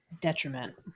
detriment